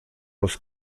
los